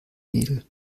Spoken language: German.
nägel